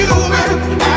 Human